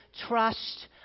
trust